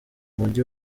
mujyi